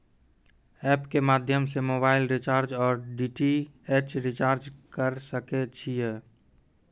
App के माध्यम से मोबाइल रिचार्ज ओर डी.टी.एच रिचार्ज करऽ सके छी यो?